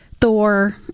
Thor